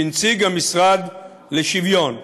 כנציג המשרד לשוויון.